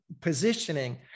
positioning